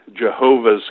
jehovah's